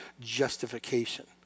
justification